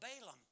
Balaam